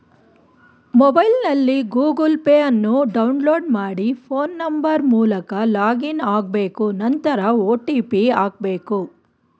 ಮೊಬೈಲ್ನಲ್ಲಿ Google pay ಅನ್ನು download ಮಾಡಿ ಫೋನ್ ನಂಬರ್ ಮೂಲಕ ಲಾಗಿನ್ ಆಗ್ಬೇಕು ನಂತರ ಒ.ಟಿ.ಪಿ ಹಾಕ್ಬೇಕು